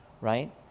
right